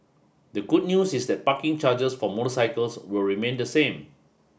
the good news is that parking charges for motorcycles will remain the same